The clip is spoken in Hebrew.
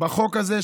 בחוק הזה,